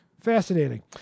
Fascinating